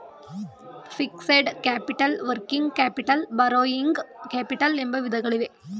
fixed capital working capital borrowing capital ಎಂಬ ವಿಧಗಳಿವೆ